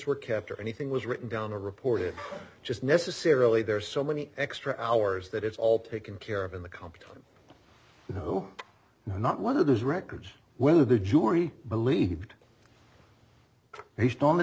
were kept or anything was written down to report it just necessarily there are so many extra hours that it's all taken care of in the company you know not one of his records whether the jury believed he had on the